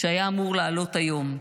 שהיה אמור לעלות היום.